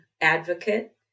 advocate